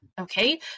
okay